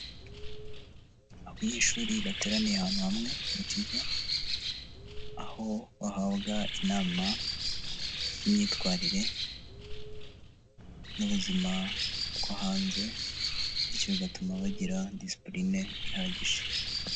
Abanyeshuri bateraniye ahantu hamwe mu kigo, aho bahabwa inama z'imyitwarire n'ubuzima bwo hanze bityo bigatuma bagira discipline ihagije.